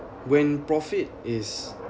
when profit is